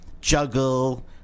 juggle